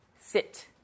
sit